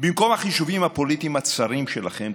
במקום החישובים הפוליטיים הצרים שלכם,